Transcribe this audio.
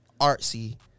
artsy